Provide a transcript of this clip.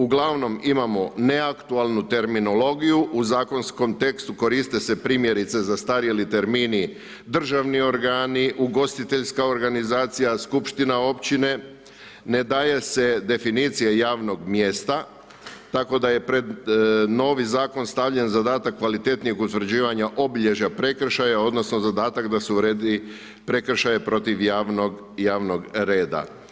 Uglavnom, imamo neaktualnu terminologiju, u zakonskom tekstu koriste se primjerice zastarjeli termini državni organi, ugostiteljska organizacija, skupština općine, ne daje se definicija javnog mjesta, tako da je pred novi Zakon stavljen zadatak kvalitetnijeg utvrđivanja obilježja prekršaja odnosno zadatak da se uredi prekršaje protiv javnog reda.